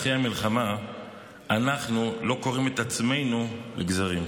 המלחמה אנחנו לא קורעים את עצמנו לגזרים.